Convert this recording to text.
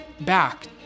back